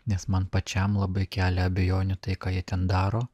nes man pačiam labai kelia abejonių tai ką jie ten daro